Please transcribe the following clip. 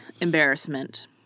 embarrassment